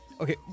okay